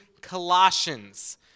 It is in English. Colossians